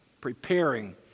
preparing